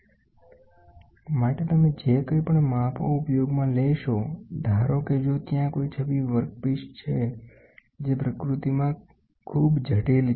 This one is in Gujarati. માપો માટે તમે જે કંઈપણ ઉપયોગમાં લેશો ધારો કે જો ત્યાં કોઈ છબી વર્કપીસ છે જેપ્રકૃતિમાં ખૂબ જટિલ છે